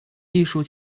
艺术